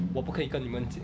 我不可以跟你们